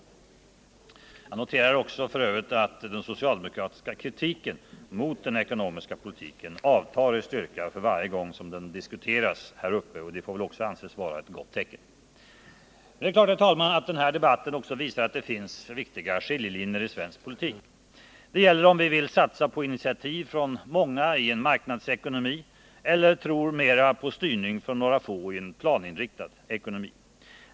Jag noterar f. ö. att den socialdemokratiska kritiken mot den ekonomiska politiken avtar i styrka för varje gång den diskuteras här, och det får väl också anses vara ett gott tecken. Denna debatt visar naturligtvis att det också finns viktiga skiljelinjer i svensk politik. Det gäller om vi vill satsa på initiativ från många i en marknadsekonomi eller om vi tror mera på styrning från några få i en planinriktad ekonomi.